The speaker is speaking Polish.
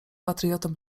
patriotą